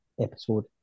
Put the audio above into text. Episode